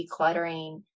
decluttering